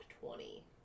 twenty